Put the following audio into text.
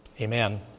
Amen